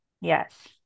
Yes